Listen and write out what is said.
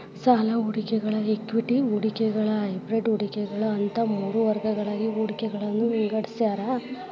ಸಾಲ ಹೂಡಿಕೆಗಳ ಇಕ್ವಿಟಿ ಹೂಡಿಕೆಗಳ ಹೈಬ್ರಿಡ್ ಹೂಡಿಕೆಗಳ ಅಂತ ಮೂರ್ ವರ್ಗಗಳಾಗಿ ಹೂಡಿಕೆಗಳನ್ನ ವಿಂಗಡಿಸ್ಯಾರ